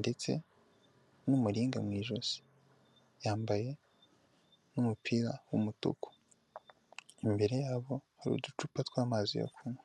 ndetse n'umuringa mu ijosi yambaye n'umupira w'umutuku imbere yabo hari uducupa tw'amazi yo kunywa.